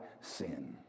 sin